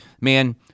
man